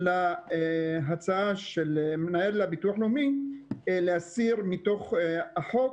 להצעה של מנהל הביטוח לאומי להסיר מתוך החוק